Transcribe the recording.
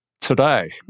today